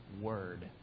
word